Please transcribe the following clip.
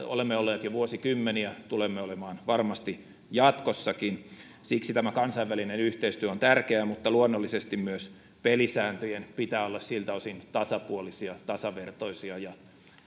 olemme olleet jo vuosikymmeniä tulemme olemaan varmasti jatkossakin siksi tämä kansainvälinen yhteistyö on tärkeää mutta luonnollisesti myös pelisääntöjen pitää olla siltä osin tasapuolisia tasavertaisia ja